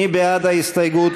מי בעד ההסתייגות?